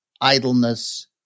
idleness